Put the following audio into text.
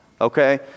okay